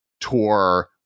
tour